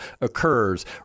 occurs